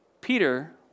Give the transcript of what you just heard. Peter